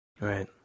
Right